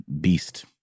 beast